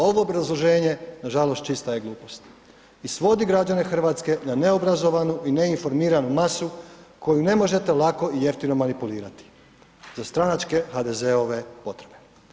Ovo obrazloženje nažalost čista je glupost i svodi građane Hrvatske na neobrazovanu i neinformiranu masu kojom ne možete lako i jeftino manipulirati za stranačke HDZ-ove potrebe.